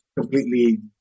completely